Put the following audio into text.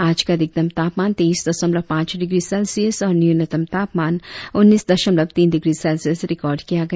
आज का अधिकतम तापमान तेइस दशमलव पाच डिग्री सेल्सियस और न्यूनतम तापमान उन्नीस दशमलव तीन डिग्री सेल्सियस रिकार्ड किया गया